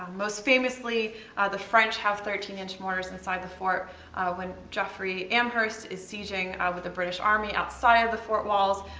most famously the french have thirteen inch mortars inside the fort when jeffery amherst is sieging ah with the british army outside of the fort walls.